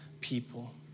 people